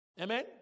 Amen